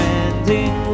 ending